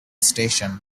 station